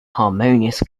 harmonious